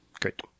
Great